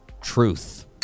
Truth